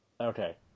Okay